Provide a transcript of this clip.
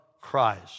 Christ